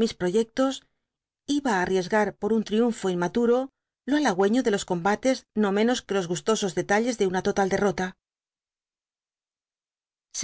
mis proyectos iba á anriesgar pdr un triunfo inmaturo yo alhagoefio de los combates no menos que los gustoso detalles de una total derrota í